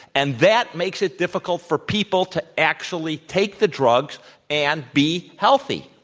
and that makes it difficult for people to actually take the drugs and be healthy.